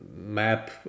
map